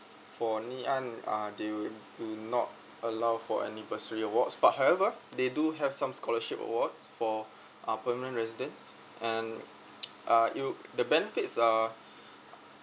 for ngee ann uh they will do not allow for any bursary awards but however they do have some scholarship awards for uh permanent resident and uh it'll the benefits are